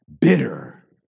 Bitter